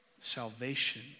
salvation